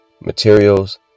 materials